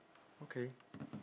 okay